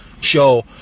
show